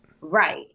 Right